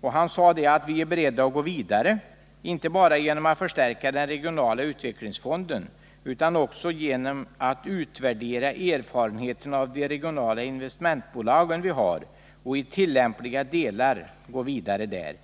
och han fortsatte att vi är ”beredda att gå vidare — inte bara genom att förstärka den regionala utvecklingsfonden utan också genom att utvärdera erfarenheterna av de regionala investmentbolag vi har och i tillämpliga delar gå vidare.